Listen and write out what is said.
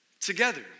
together